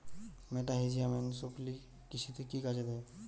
মেটাহিজিয়াম anisopliae কৃষিতে কি কাজে দেয়?